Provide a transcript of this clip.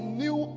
new